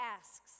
asks